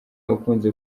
akunze